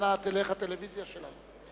אנה תלך הטלוויזיה שלנו?